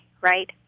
right